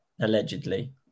allegedly